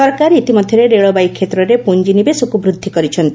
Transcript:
ସରକାର ଇତିମଧ୍ୟରେ ରେଳବାଇ କ୍ଷେତ୍ରରେ ପୁଞ୍ଜିନିବେଶକୁ ବୃଦ୍ଧି କରିଛନ୍ତି